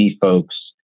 folks